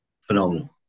phenomenal